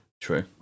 True